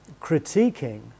critiquing